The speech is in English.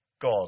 God